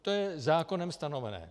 To je zákonem stanovené.